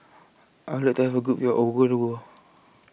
I Would like to Have A Good View of Ouagadougou